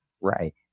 right